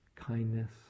kindness